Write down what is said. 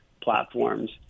platforms